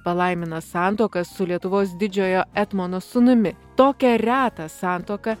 palaimina santuoką su lietuvos didžiojo etmono sūnumi tokią retą santuoką